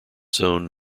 zone